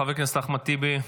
חבר הכנסת אחמד טיבי,